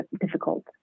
difficult